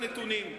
הנתונים,